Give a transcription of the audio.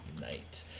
night